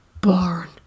born